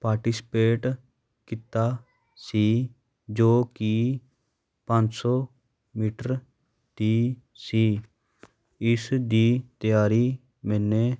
participate ਕੀਤਾ ਸੀ ਜੋ ਕਿ ਪੰਜ ਸੌ ਮੀਟਰ ਦੀ ਸੀ ਇਸ ਦੀ ਤਿਆਰੀ ਮੈਨੇ